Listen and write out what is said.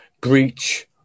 breach